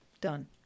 done